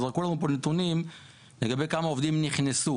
זרקו לנו כאן נתונים לגבי כמה עובדים נכנסו.